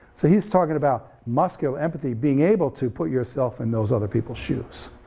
so he's talking about muscular empathy, being able to put yourself in those other people's shoes.